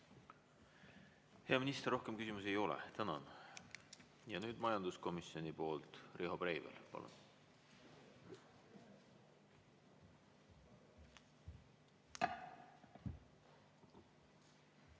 Hea minister! Rohkem küsimusi ei ole. Tänan! Majanduskomisjoni poolt Riho Breivel,